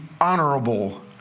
honorable